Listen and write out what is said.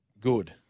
good